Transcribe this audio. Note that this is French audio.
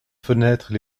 fenêtres